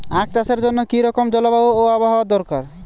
আখ চাষের জন্য কি রকম জলবায়ু ও আবহাওয়া দরকার?